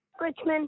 Richmond